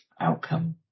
outcome